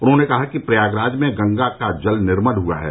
उन्होंने कहा कि प्रयागराज में गंगा का जल निर्मल हुआ है